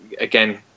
again